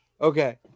Okay